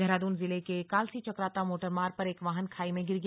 देहरादून जिले के कालसी चकराता मोटर मार्ग पर एक वाहन खाई में गिर गया